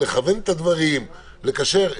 לכוון את הדברים, לקשר.